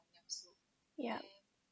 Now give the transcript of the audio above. yup